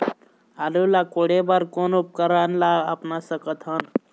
आलू ला कोड़े बर कोन उपकरण ला अपना सकथन?